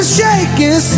shaking